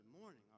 morning